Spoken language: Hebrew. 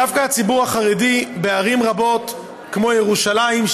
דווקא הציבור החרדי, בערים רבות, כמו ירושלים,